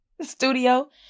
Studio